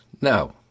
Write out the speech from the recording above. No